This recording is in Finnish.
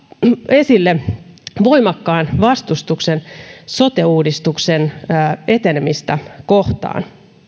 esille voimakkaan vastustuksen sote uudistuksen etenemistä kohtaan